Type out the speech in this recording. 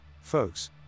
folks